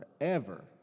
forever